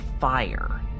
fire